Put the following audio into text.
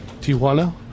Tijuana